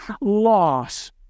loss